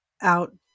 out